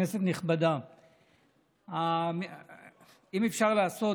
אם אפשר לעשות,